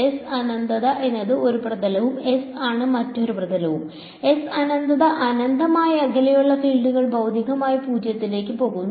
S അനന്തത എന്നത് ഒരു പ്രതലവും S ആണ് മറ്റൊരു പ്രതലവും S അനന്തത അനന്തമായി അകലെയുള്ള ഫീൽഡുകൾ ഭൌതികമായി 0 ലേക്ക് പോകും